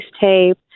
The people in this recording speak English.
tape